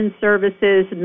services